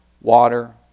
water